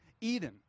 Eden